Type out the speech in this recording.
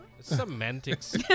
Semantics